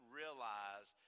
realize